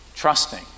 trusting